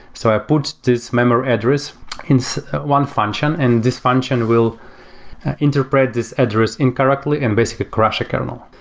so i put this memory address in one function, and this function will interpret this address incorrectly and basically crash a kernel.